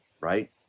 Right